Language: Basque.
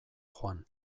joan